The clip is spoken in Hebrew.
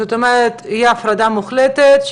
זאת אומרת תהיה הפרדה מוחלטת,